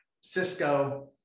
Cisco